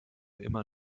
immer